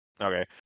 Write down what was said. Okay